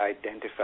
identify